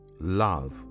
love